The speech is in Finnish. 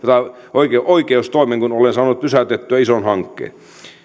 oikeustoimen kun olen saanut pysäytettyä ison hankkeen